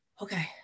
okay